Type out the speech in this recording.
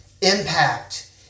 impact